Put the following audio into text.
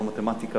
לא מתמטיקה,